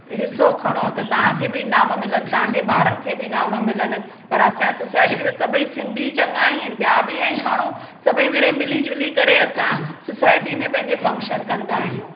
हिसो खणो त तव्हांखे बि इनाम मिलनि तव्हांजे ॿारनि खे बि इनाम मिलनि पर असांजे सुसाइटी में त सभई सिंधी चङा ई आहिनि ॿिया बि आहिनि माण्हू सभई मिरे मिली झुली करे असां सुसाइटी में पंहिंजे फंक्शन कंदा आहियूं